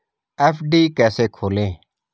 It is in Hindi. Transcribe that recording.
एफ.डी कैसे खोलें?